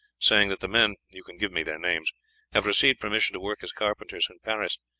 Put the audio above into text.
saying that the men you can give me their names have received permission to work as carpenters in paris.